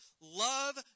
Love